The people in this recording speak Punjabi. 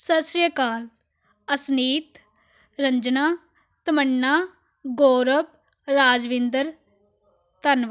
ਸਤਿ ਸ੍ਰੀ ਅਕਾਲ ਅਸਨੀਤ ਰੰਜਨਾ ਤਮੰਨਾ ਗੋਰਵ ਰਾਜਵਿੰਦਰ ਧੰਨਵ